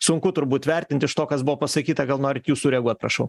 sunku turbūt vertinti iš to kas buvo pasakyta gal norit jūs sureaguot prašau